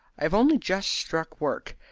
i have only just struck work,